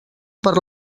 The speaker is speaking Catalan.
per